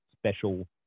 special